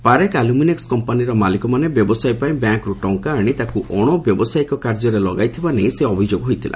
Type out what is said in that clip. ପାରେଖ ଆଲୁମିନେକୁ କମ୍ପାନିର ମାଲିକମାନେ ବ୍ୟବସାୟ ପାଇଁ ବ୍ୟାଙ୍କରୁ ଟଙ୍କା ଆଣି ତାକୁ ଅଣବ୍ୟବସାୟୀକ କାର୍ଯ୍ୟରେ ଲଗାଇଥିବା ନେଇ ଅଭିଯୋଗ ହୋଇଥିଲା